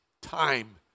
time